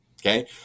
Okay